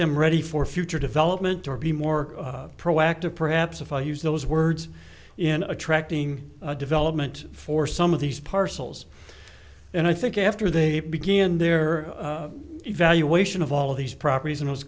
them ready for future development or be more proactive perhaps if i use those words in attracting development for some of these parcels and i think after they begin their evaluation of all of these properties it was